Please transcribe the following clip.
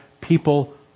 people